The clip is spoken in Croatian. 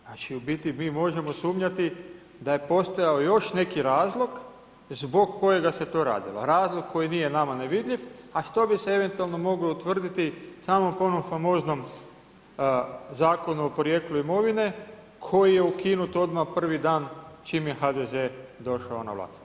Znači u biti mi možemo sumnjati da je postojao još neki razlog zbog kojega se to radilo, razlog koji nije nama nevidljiv a što bise eventualno moglo utvrditi samo po onom famozno Zakonu o porijeklu imovine koji je ukinut odmah prvi dan čim je HDZ došao na vlast.